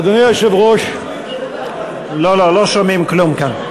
אדוני היושב-ראש, לא, לא, לא שומעים כלום כאן.